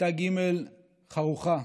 כיתה ג' חרוכה,